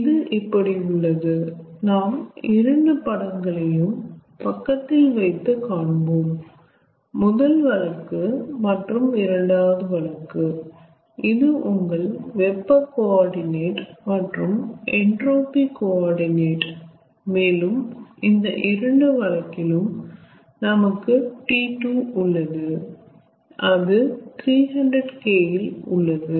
இது இப்படி உள்ளது நாம் 2 படங்களையும் பக்கத்தில் வைத்து காண்போம் முதல் வழக்கு மற்றும் இரண்டாவது வழக்கு இது உங்கள் வெப்ப கோ ஆர்டினட் மற்றும் என்ட்ரோபி கோ ஆர்டினட் மேலும் இந்த இரண்டு வழக்கிலும் நமக்கு T2 உள்ளது அது 300K இல் உள்ளது